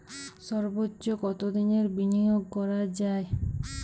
সর্বোচ্চ কতোদিনের বিনিয়োগ করা যায়?